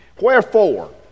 Wherefore